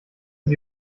sie